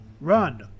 Run